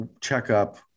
checkup